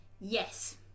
Yes